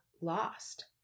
lost